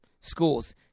schools